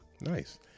Nice